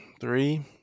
Three